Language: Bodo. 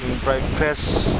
बेनिफ्राय फ्रेस